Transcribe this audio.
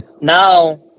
now